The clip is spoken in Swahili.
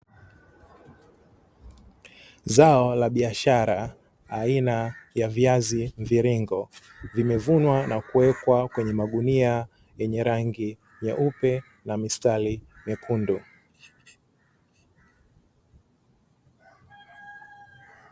Zao la biashara aina ya viazi mviringo, limevunwa na kuwekwa kwenye magunia yenye rangi nyeupe na mistari myekundu.